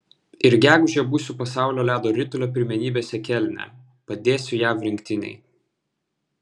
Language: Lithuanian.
ir gegužę būsiu pasaulio ledo ritulio pirmenybėse kelne padėsiu jav rinktinei